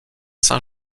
saint